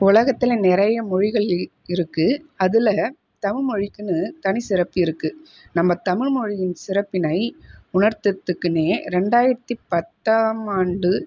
உலகத்துல நிறைய மொழிகள் இரு இருக்குது அதில் தமிழ் மொழிக்குனு தனி சிறப்பு இருக்குது நம்ம தமிழ் மொழியின் சிறப்பினை உணர்த்துறதுக்குன்னே ரெண்டாயிரத்தி பத்தாம் ஆண்டு